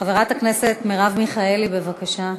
חברת הכנסת מרב מיכאלי, בבקשה.